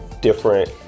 different